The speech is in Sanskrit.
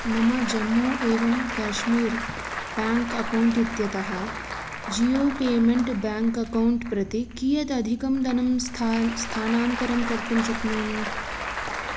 मम जम्मू एवं काश्मीर् बेङ्क् अकौण्ट् इत्यतः जियो पेमेण्ट् बेङ्क् अकौण्ट् प्रति कियत् अधिकं दनं स्थान् स्थानान्तरं कर्तुं शक्नोमि